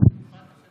אני רוצה